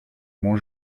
mont